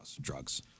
drugs